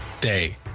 Day